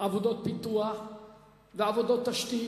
עבודות פיתוח ועבודות תשתית,